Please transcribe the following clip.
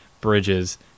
bridges